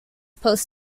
post